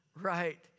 Right